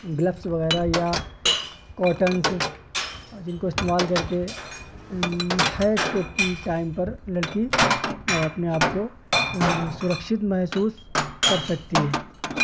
gloves وغیرہ یا cottons اور جن کو استعمال کر کے حیض کے ٹائم پر لڑکی اپنے آپ کو سرکشت محسوس کر سکتی ہے